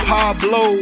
Pablo